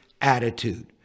attitude